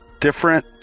different